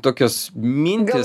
tokios mintys